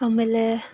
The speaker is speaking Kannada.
ಆಮೇಲೆ